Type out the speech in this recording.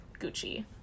Gucci